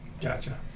Gotcha